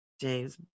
James